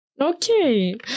Okay